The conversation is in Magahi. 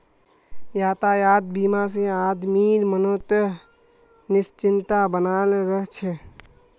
यातायात बीमा से आदमीर मनोत् निश्चिंतता बनाल रह छे